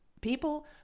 People